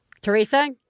Teresa